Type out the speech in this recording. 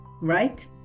Right